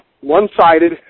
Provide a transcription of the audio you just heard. one-sided